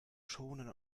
schonen